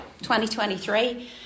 2023